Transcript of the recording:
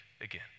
again